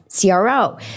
CRO